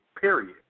period